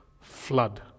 flood